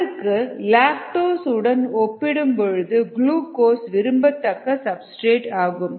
அதற்கு லாக்டோஸ் உடன் ஒப்பிடும் பொழுது க்ளூகோஸ் விரும்பத்தக்க சப்ஸ்டிரேட் ஆகும்